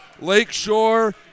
Lakeshore